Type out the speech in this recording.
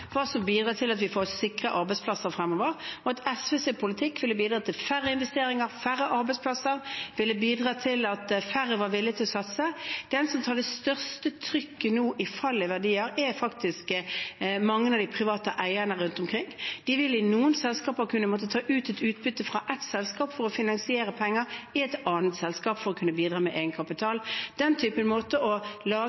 hva som bidrar til at vi får sikre arbeidsplasser fremover. SVs politikk ville bidratt til færre investeringer, færre arbeidsplasser og til at færre ville vært villig til å satse. De som tar det største trykket nå i form av fall i verdier, er faktisk mange av de private eierne rundt omkring. De må i noen selskaper ta ut utbytte fra ett selskap for å putte penger inn i et annet selskap, for å bidra med